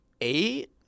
eight